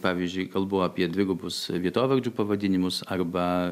pavyzdžiui kalbu apie dvigubus vietovardžių pavadinimus arba